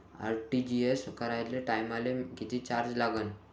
RTGS कराच्या टायमाले किती चार्ज लागन?